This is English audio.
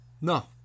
No